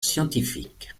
scientifique